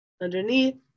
underneath